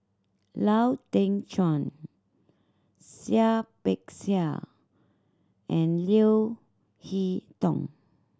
Lau Teng Chuan Seah Peck Seah and Leo Hee Tong